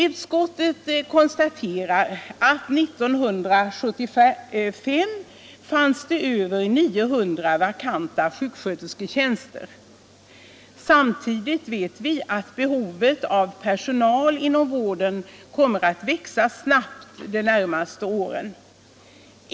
Utskottet konstaterar att det år 1975 fanns över 900 vakanta sjukskötersketjänster. Samtidigt vet vi att behovet av personal inom vården kommer att växa snabbt under de närmaste åren.